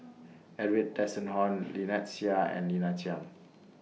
Edwin Tessensohn Lynnette Seah and Lina Chiam